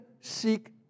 seek